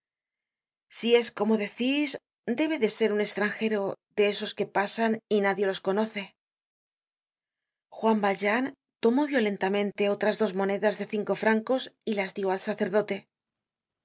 si es como decís debe de ser un estranjero de esos que pasan y nadie los conoce juan valjean tomó violentamente otras dos monedas de cinco francos y las dió al sacerdote